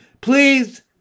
Please